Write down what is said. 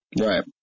Right